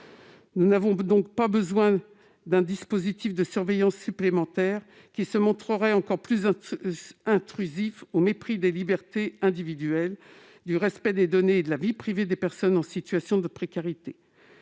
Nous n'avons donc pas besoin d'un dispositif de surveillance supplémentaire qui se montrerait encore plus intrusif, au mépris des libertés individuelles, du respect des données et de la vie privée des personnes en situation de précarité.